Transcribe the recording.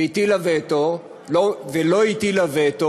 והיא לא הטילה וטו,